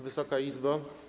Wysoka Izbo!